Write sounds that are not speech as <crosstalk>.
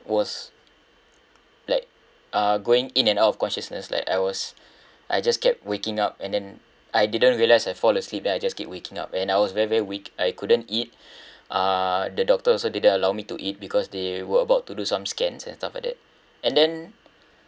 was like uh going in and out of consciousness like I was I just kept waking up and then I didn't realised I fall asleep then I just keep waking up and I was very very weak I couldn't eat <breath> uh the doctor also didn't allow me to eat because they were about to do some scans and stuff like that and then